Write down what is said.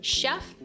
chef